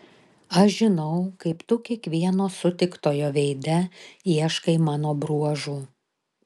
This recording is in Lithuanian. aš žinau kaip tu kiekvieno sutiktojo veide ieškai mano bruožų